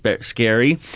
scary